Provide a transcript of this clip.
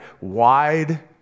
Wide